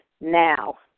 now